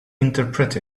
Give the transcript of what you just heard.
interpret